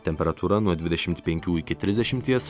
temperatūra nuo dvidešimt penkių iki trisdešimties